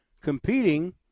competing